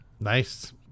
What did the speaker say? Nice